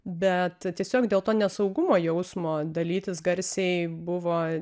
bet tiesiog dėl to nesaugumo jausmo dalytis garsiai buvo